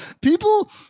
people